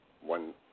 one